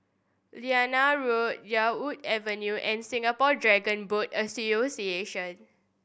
Liane Road Yarwood Avenue and Singapore Dragon Boat Association